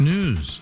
News